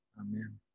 Amen